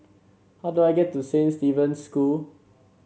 how do I get to Saint Stephen's School